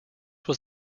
was